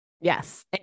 Yes